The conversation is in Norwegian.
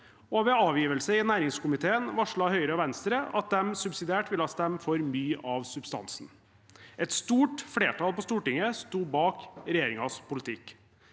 ved avgivelse i næringskomiteen varslet Høyre og Venstre at de subsidiært ville stemme for mye av substansen. Et stort flertall på Stortinget sto bak regjeringens politikk,